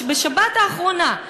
בשבת האחרונה,